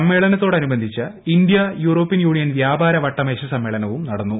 സമ്മേളനത്തോട് അനുബന്ധിച്ച് India European Union വ്യാപാര വട്ടമേശ സമ്മേളനവും നടന്നു